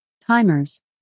timers